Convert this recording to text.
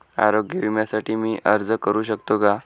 आरोग्य विम्यासाठी मी अर्ज करु शकतो का?